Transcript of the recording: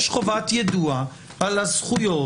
יש חובת יידוע על הזכויות.